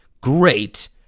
great